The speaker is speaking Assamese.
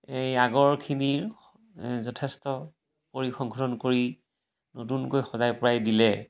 এই আগৰখিনিৰ যথেষ্ট পৰিসংশোধন কৰি নতুনকৈ সজাই পৰাই দিলে